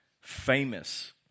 famous